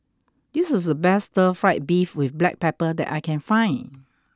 this is the best Stir Fried Beef with Black Pepper that I can find